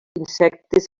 insectes